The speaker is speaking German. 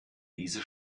diese